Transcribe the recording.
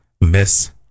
Miss